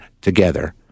together